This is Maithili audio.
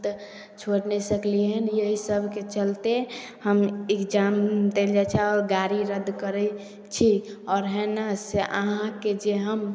तऽ छोड़ि नहि सकलिए हँ यही सबके चलिते हम एग्जाम दैलए जाइ छिए आओर गाड़ी रद्द करै छी आओर हइ ने से अहाँके जे हम